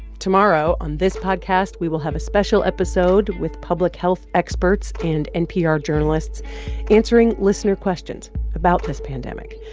tomorrow, on this podcast, we will have a special episode with public health experts and npr journalists answering listener questions about this pandemic.